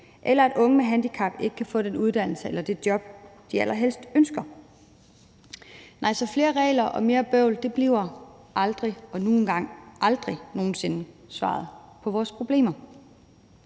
eller at unge med handicap kan få den uddannelse eller det job, de allerhelst ønsker. Nej, så flere regler og mere bøvl bliver nu engang aldrig nogen sinde svaret på vores problemer.